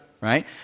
right